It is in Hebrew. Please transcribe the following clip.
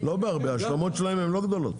לא בהרבה, ההשלמות שלהן לא גדולות.